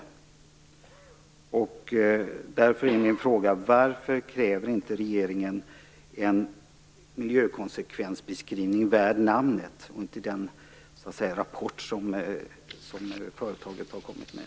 Varför kräver inte regeringen en miljökonsekvensbeskrivning värd namnet? Varför nöjer man sig med den rapport som företaget har kommit med?